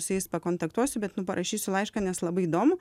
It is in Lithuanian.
su jais pakontaktuosiu bet nu parašysiu laišką nes labai įdomu